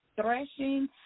threshing